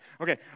Okay